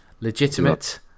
Legitimate